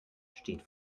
steht